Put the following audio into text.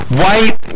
white